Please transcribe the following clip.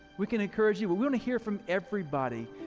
we can encourage you. well we wanna hear from everybody.